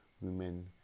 women